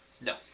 No